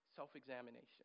Self-examination